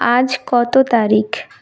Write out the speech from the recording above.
আজ কত তারিখ